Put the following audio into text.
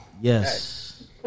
Yes